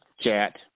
chat